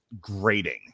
grating